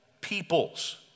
peoples